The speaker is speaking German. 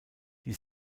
die